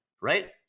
right